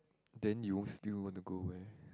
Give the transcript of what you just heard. then you won't still want to go where